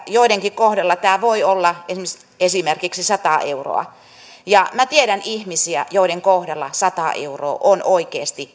joidenkin kohdalla tämä voi olla esimerkiksi esimerkiksi sata euroa ja minä tiedän ihmisiä joiden kohdalla sata euroa on oikeasti